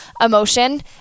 emotion